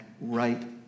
right